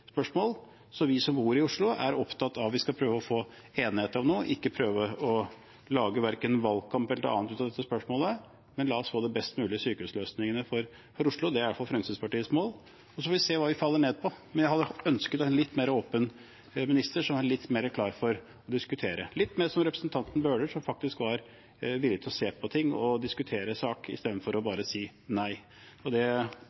spørsmål. Vi som bor i Oslo, er opptatt av å prøve å få en enighet om noe og ikke prøve å lage verken valgkamp eller annet ut av dette spørsmålet. Men la oss få den best mulige sykehusløsningen for Oslo. Det er i hvert fall Fremskrittspartiets mål, og så får vi se hva vi faller ned på. Men jeg hadde ønsket en litt mer åpen minister, som var litt mer klar for å diskutere – litt mer som representanten Bøhler, som faktisk var villig til å se på ting og diskutere sak, istedenfor å bare si nei. Det